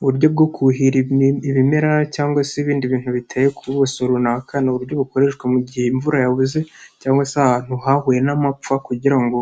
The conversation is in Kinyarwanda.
Uburyo bwo kuhira ibimera cyangwa se ibindi bintu biteye ku buso runaka, ni uburyo bukoreshwa mu gihe imvura yabuze cyangwa se ahantu hahuye n'amapfa kugira ngo